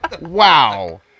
Wow